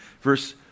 verse